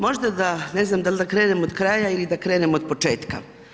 Možda da, ne znam da li da krenem od kraja ili da krenem od početka.